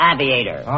Aviator